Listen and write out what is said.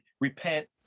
repent